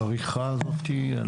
העריכה הזאת.